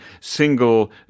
single